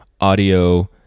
audio